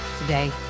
Today